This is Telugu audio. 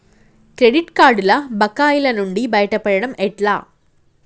క్రెడిట్ కార్డుల బకాయిల నుండి బయటపడటం ఎట్లా?